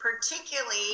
particularly